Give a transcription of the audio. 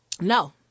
no